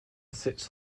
sits